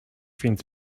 więc